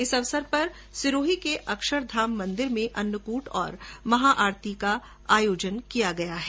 इस अवसर पर सिरोही के अक्षरधाम मन्दिर में अन्नकूट और महाआरती का आयोजन किया गया है